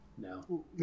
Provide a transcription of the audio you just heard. No